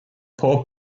paw